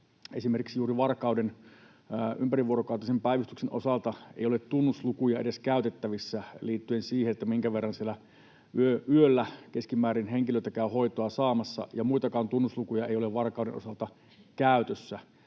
esimerkiksi juuri Varkauden ympärivuorokautisen päivystyksen osalta ei ole tunnuslukuja edes käytettävissä liittyen siihen, minkä verran siellä yöllä keskimäärin henkilöitä käy hoitoa saamassa, ja muitakaan tunnuslukuja ei ole Varkauden osalta käytössä.